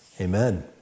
amen